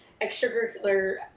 extracurricular